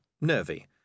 nervy